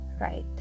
right